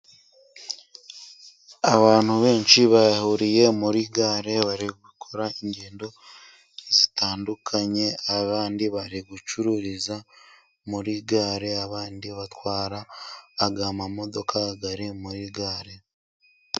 Abantu benshi bahuriye muri gare bari gukora ingendo zitandukanye. Abandi bari gucururiza muri gare, abandi batwara izi modoka ziri muri gare.